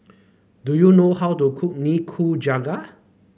do you know how to cook Nikujaga